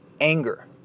anger